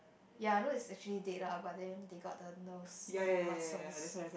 ya I know is actually dead lah but then they got the nerves all muscles